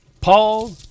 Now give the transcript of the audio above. Paul